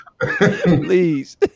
Please